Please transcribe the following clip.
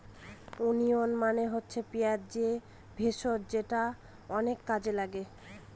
onion মানে হচ্ছে পেঁয়াজ যে ভেষজ যেটা অনেক কাজে লাগে